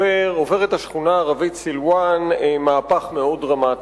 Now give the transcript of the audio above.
השכונה הערבית סילואן עוברת מהפך מאוד דרמטי.